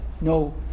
no